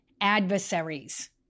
adversaries